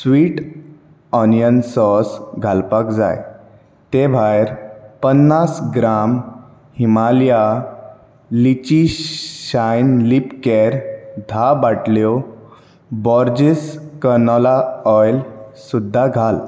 sweet onion sauce घालपाक जाय ते भायर पन्नास gram Himalaya lychee shine lip care धा बाटल्यो बॉरजीस कॉर्नला ऑयल सुद्दां घाल